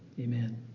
Amen